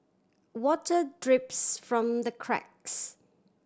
water drips from the cracks